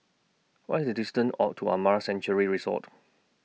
What IS The distance onto Amara Sanctuary Resort